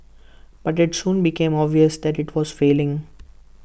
but IT soon became obvious that IT was failing